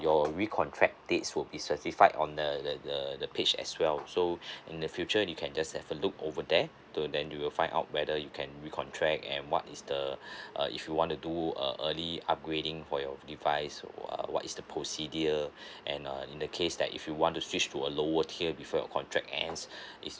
your recontract dates will be certified on the the the the page as well so in the future you can just have a look over there t~ then you will find out whether you can recontract and what is the uh if you wanna do a early upgrading for your device or uh what is the procedure and uh in the case that if you want to switch to a lower tier before your contract ends is